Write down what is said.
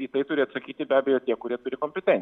į tai turi atsakyti be abejo tie kurie turi kompeten